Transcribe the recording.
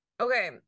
Okay